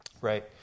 Right